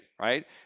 Right